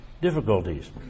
difficulties